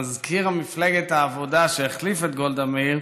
מזכיר מפלגת העבודה שהחליף את גולדה מאיר